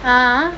uh (huh)